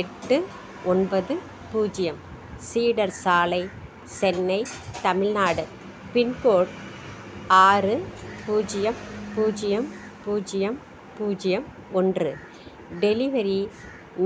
எட்டு ஒன்பது பூஜ்ஜியம் சீடர் சாலை சென்னை தமிழ்நாடு பின்கோட் ஆறு பூஜ்ஜியம் பூஜ்ஜியம் பூஜ்ஜியம் பூஜ்ஜியம் ஒன்று டெலிவரி